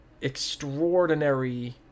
extraordinary